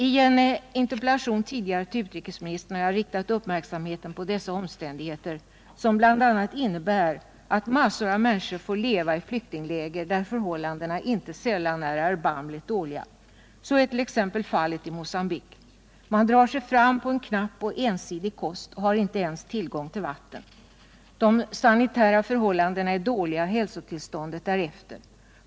I en interpellation tidigare till utrikesministern har jag riktat uppmärksamheten på dessa omständigheter, som bl.a. innebär att massor av människor får leva i flyktingläger där förhållandena inte sällan är erbarmligt dåliga. Så är t.ex. fallet i Mogambique. Man drar sig fram på en knapp och ensidig kost och har inte ens tillgång till vatten. De sanitära förhållandena är dåliga och hälsotillståndet därefter.